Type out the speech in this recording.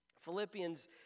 Philippians